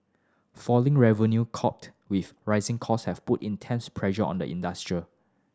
falling revenue coupled with rising cost have put intense pressure on the industry